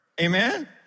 Amen